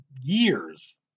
years